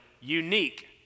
unique